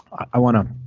i want to.